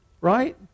Right